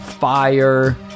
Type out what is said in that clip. fire